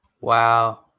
Wow